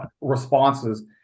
responses